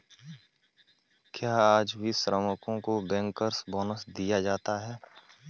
क्या आज भी श्रमिकों को बैंकर्स बोनस दिया जाता है?